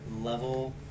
level